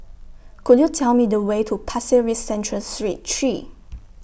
Could YOU Tell Me The Way to Pasir Ris Central Street three